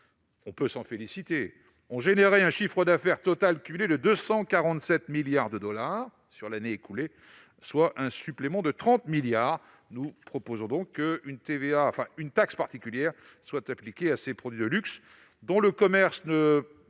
on peut s'en féliciter ! -un chiffre d'affaires total cumulé de 247 milliards de dollars sur l'année écoulée, soit un supplément de 30 milliards. Nous proposons donc qu'une taxe particulière soit appliquée à ces produits de luxe, dont le commerce ne